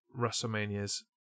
WrestleMania's